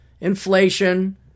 inflation